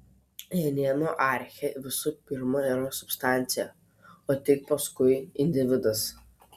jonėnų archė visų pirma yra substancija o tik paskui individas